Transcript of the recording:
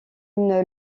une